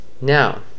Now